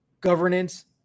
governance